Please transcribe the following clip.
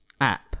app